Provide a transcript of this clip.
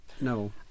No